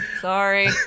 sorry